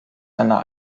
einer